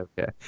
Okay